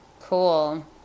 cool